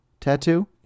tattoo